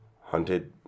hunted